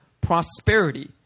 prosperity